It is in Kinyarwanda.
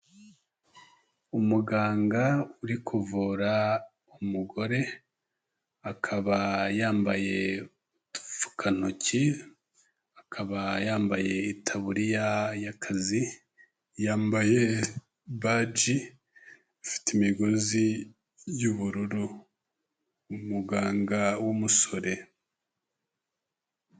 Umuganga uri kuvura umugore, akaba yambaye udupfukantoki, akaba yambaye itaburiya y'akazi, yambaye badge ifite imigozi y'ubururu. Umuganga w'umusore.